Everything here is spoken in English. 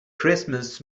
christmas